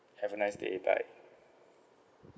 have a nice day bye